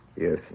Yes